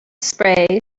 spray